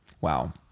Wow